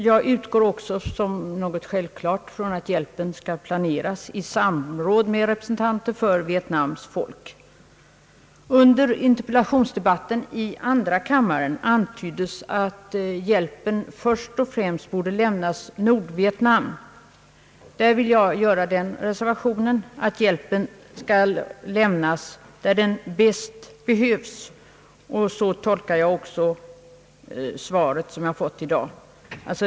Jag utgår också såsom självklart från att hjälpen skall planeras i samråd med representanter för Vietnams folk. Under interpellationsdebatten i andra kammaren antyddes att hjälpen först och främst borde lämnas Nordvietnam. Där vill jag göra den reservationen att hjälpen skall lämnas där den bäst behövs. Så tolkar jag också det svar som jag har fått i dag.